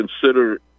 consider